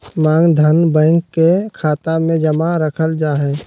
मांग धन, बैंक के खाता मे जमा रखल जा हय